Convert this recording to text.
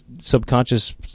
subconscious